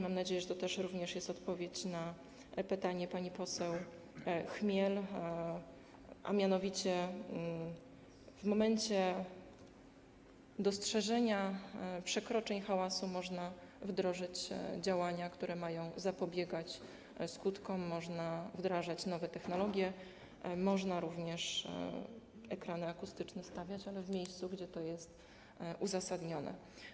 Mam nadzieję, że jest to również odpowiedź na pytanie pani poseł Chmiel, a mianowicie w momencie dostrzeżenia przekroczeń hałasu można wdrożyć działania, które mają zapobiegać skutkom, można wdrażać nowe technologie, można również stawiać ekrany akustyczne, ale w miejscu, gdzie jest to uzasadnione.